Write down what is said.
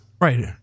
Right